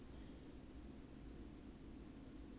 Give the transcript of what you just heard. your sister is second year is it